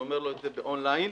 ואומר לו את זה און ליין.